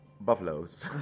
buffaloes